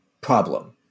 problem